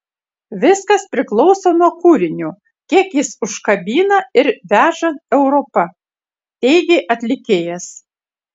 viskas priklauso nuo kūrinio kiek jis užkabina ir veža europa teigė atlikėjas